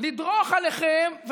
לדרוך עליכם,